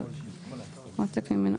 למליאה.